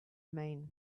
mean